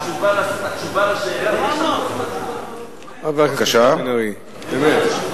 התשובה על השאלה, חבר הכנסת בן-ארי, באמת.